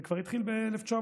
זה כבר התחיל ב-1920,